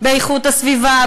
באיכות הסביבה,